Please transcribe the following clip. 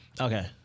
Okay